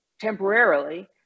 temporarily